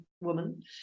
woman